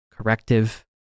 corrective